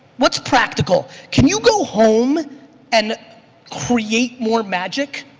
what's practical? can you go home and create more magic?